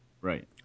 Right